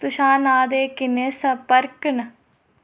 तुशार नांऽ दे किन्ने संर्पक न